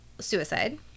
suicide